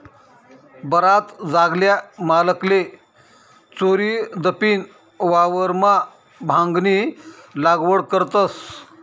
बराच जागल्या मालकले चोरीदपीन वावरमा भांगनी लागवड करतस